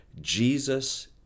Jesus